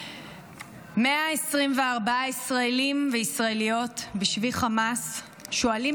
124 ישראלים וישראליות בשבי חמאס שואלים